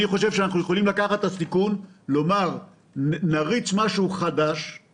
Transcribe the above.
אני חושב שאנחנו יכולים לקחת את הסיכון בלהריץ משהו חדשני,